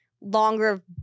longer—